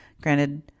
Granted